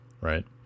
right